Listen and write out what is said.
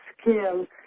skill